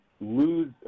lose